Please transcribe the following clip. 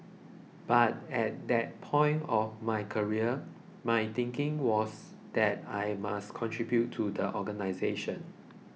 but at that point of my career my thinking was that I must contribute to the organisation